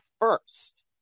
first